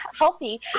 healthy